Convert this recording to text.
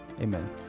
Amen